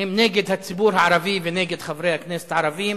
הם נגד הציבור הערבי ונגד חברי הכנסת הערבים,